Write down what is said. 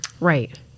Right